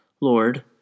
Lord